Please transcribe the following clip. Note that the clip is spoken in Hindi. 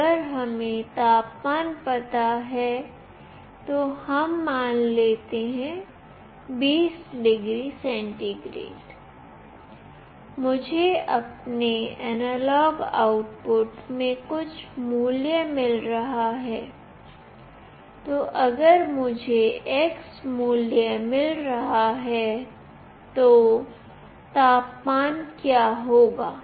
अगर हमें तापमान पता है तो हम मान लेते हैं 20 डिग्री सेंटीग्रेड मुझे अपने एनालॉग आउटपुट में कुछ मूल्य मिल रहा है तो अगर मुझे xमूल्यमिल रहा है तो तापमान क्या होगा